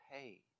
paid